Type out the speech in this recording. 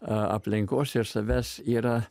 aplinkos ir savęs yra